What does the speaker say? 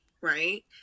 Right